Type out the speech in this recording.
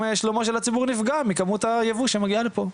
שלומו של הציבור נפגע מכמות הייבוא שמגיעה לפה,